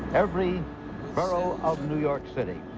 every borough of new york city.